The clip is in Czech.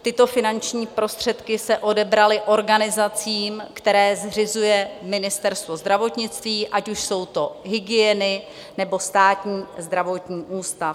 Tyto finanční prostředky se odebraly organizacím, které zřizuje Ministerstvo zdravotnictví, ať už jsou to hygieny, nebo Státní zdravotní ústav.